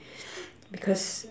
because